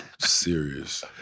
Serious